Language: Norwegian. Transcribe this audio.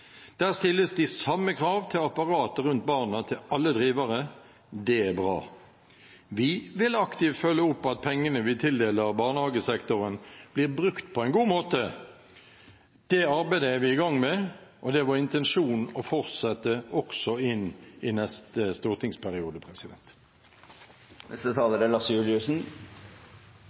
stilles de samme krav til apparatet rundt barna, til alle drivere. Det er bra. Vi vil aktivt følge opp at pengene vi tildeler barnehagesektoren, blir brukt på en god måte. Det arbeidet er vi i gang med, og det er vår intensjon å fortsette også inn i neste stortingsperiode. Barnehage er for Arbeiderpartiet en helt sentral velferdstjeneste. Det er